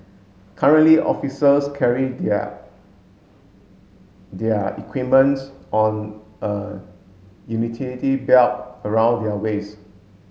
currently officers carry their their equipments on a utility belt around their waist